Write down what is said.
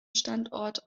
standort